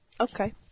Okay